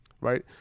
right